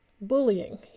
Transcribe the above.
bullying